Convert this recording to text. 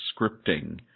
scripting